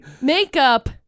Makeup